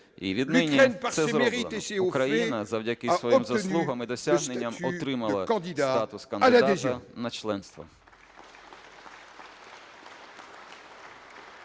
і віднині це зроблено: Україна завдяки своїм заслугам і досягненням отримала статус кандидата на членство.